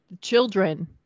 children